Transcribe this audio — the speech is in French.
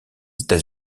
états